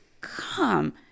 come